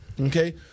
okay